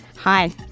Hi